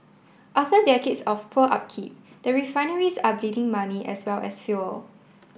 after decades of poor upkeep the refineries are bleeding money as well as fuel